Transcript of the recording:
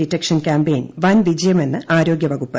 detection campaign വൻ വിജയമെന്ന് ആരോഗ്യവകുപ്പ്